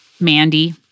Mandy